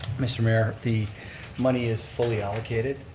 mr. mayor, the money is fully allocated.